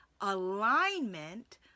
alignment